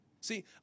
See